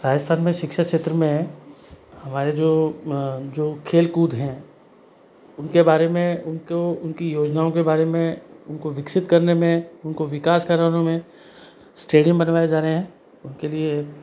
राजस्थान में शिक्षा क्षेत्र में हमारे जो जो खेल कूद है उनके बारे में उनको उनकी योजनाओं के बारे में उनको विकसित करने में उनको विकास कराने में स्टेडियम बनवाए जा रहे हैं उनके लिए